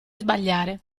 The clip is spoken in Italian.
sbagliare